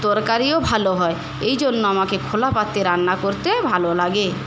তরকারিও ভালো হয় এইজন্য আমাকে খোলা পাত্রে রান্না করতে ভালো লাগে